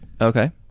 Okay